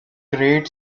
great